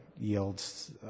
Yields